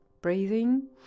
breathing